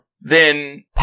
Then-